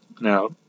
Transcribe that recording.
Now